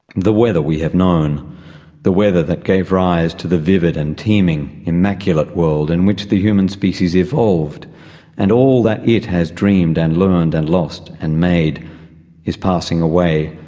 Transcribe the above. the weather we have known the weather that gave rise to the vivid and teeming, immaculate world in which the human species evolved and all that it has dreamed and learned and lost and made is passing away.